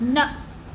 न